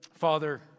Father